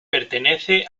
pertenece